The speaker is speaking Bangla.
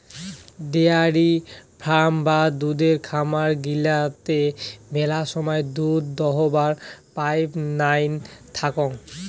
ডেয়ারি ফার্ম বা দুধের খামার গিলাতে মেলা সময় দুধ দোহাবার পাইপ নাইন থাকাং